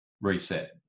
reset